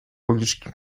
policzki